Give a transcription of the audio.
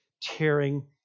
tearing